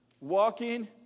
walking